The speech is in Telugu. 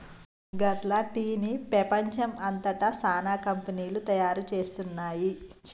గట్ల టీ ని పెపంచం అంతట సానా కంపెనీలు తయారు చేస్తున్నాయి